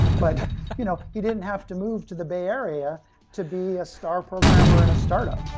but you know he didn't have to move to the bay area to be a star programmer in startup